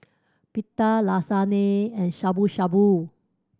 Pita Lasagne and Shabu Shabu